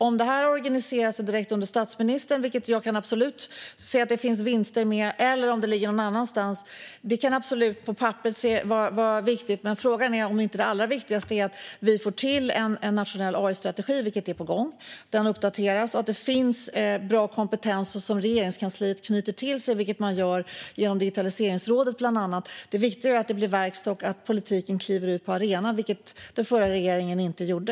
Om det här organiseras direkt under statsministern, vilket jag absolut kan se att det finns vinster med, eller om det ligger någon annanstans kan vara viktigt på papperet. Men frågan är om inte det allra viktigaste är att vi får till en nationell AI-strategi, vilket är på gång, att den uppdateras och att det finns bra kompetenser som Regeringskansliet knyter till sig, vilket man gör bland annat genom Digitaliseringsrådet. Det viktiga är att det blir verkstad och att politiken kliver ut på arenan, vilket den förra regeringen inte gjorde.